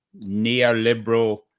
neoliberal